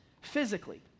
physically